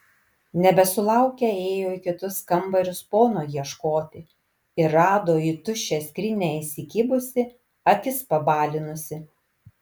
nebesulaukę ėjo į kitus kambarius pono ieškoti ir rado į tuščią skrynią įsikibusį akis pabalinusį